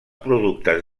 productes